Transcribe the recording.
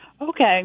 Okay